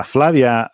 Flavia